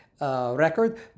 record